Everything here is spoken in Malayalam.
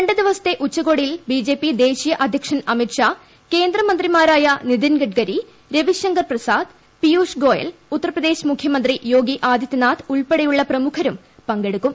രണ്ട് ദിവസത്തെ ഉച്ചകോടിയിൽ ബിജെപി ദേശീയ അധ്യക്ഷൻ അമിത്ഷാ കേന്ദ്രമന്ത്രിമാരായ നിതിൻ ഗഡ്കരി രവിശങ്കർ പ്രസാദ് പീയൂഷ് ഗോയൽ ഉത്തർപ്രദേശ് മുഖ്യമന്ത്രി യോഗി ആദിതൃനാഥ് ഉൾപ്പെടെയുളള പ്രമുഖരും പങ്കെടുക്കും